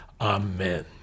Amen